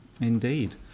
Indeed